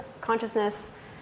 consciousness